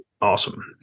Awesome